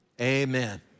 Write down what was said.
Amen